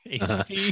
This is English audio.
ACT